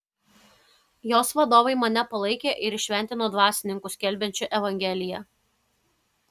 jos vadovai mane palaikė ir įšventino dvasininku skelbiančiu evangeliją